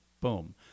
Boom